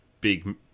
big